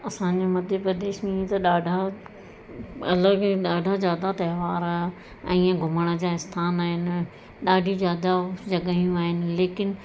असांजे मध्य प्रदेश में त ॾाढा अलॻि ॾाढा ज़्यादाह त्योहार ऐं ईअं घुमण जा स्थान आहिनि ॾाढी ज़्यादाह जॻहियूं आहिनि लेकिन